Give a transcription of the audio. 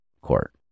court